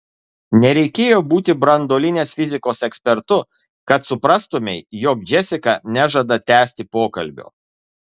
nereikėjo būti branduolinės fizikos ekspertu kad suprastumei jog džesika nežada tęsti pokalbio